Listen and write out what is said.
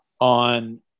on